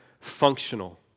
functional